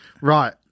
Right